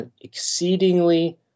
exceedingly